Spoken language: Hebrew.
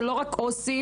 לא רק עו"סים,